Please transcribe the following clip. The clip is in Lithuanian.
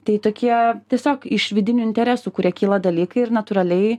tai tokie tiesiog iš vidinių interesų kurie kyla dalykai ir natūraliai